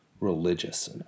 religious